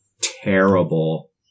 terrible